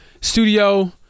studio